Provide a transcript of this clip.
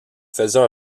faisait